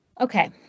Okay